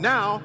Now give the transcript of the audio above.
Now